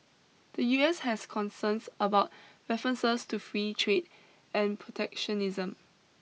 the U S has concerns about references to free trade and protectionism